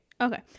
Okay